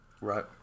Right